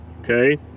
Okay